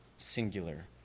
Singular